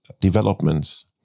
developments